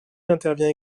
intervient